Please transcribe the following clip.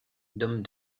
d’homme